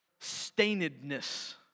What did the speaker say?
stainedness